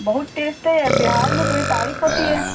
بہت ٹیسٹ ہے بہار میں پوری تعریف ہوتی ہے